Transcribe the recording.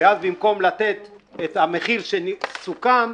אז במקם לתת את המחיר שסוכם,